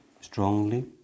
strongly